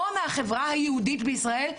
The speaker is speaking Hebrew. או מהחברה היהודית בישראל,